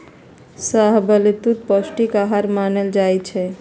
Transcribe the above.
शाहबलूत पौस्टिक अहार मानल जाइ छइ